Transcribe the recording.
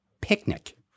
picnic